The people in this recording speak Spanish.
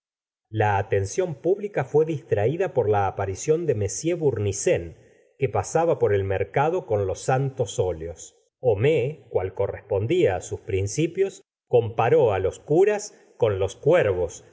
la atención pública fué distraída por la aparición de m bournisién que pasaba por el mercado con los santos óleos homais cual correspendia á sus principios comparó á los curas con los cuervos